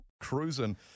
Cruising